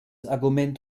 argument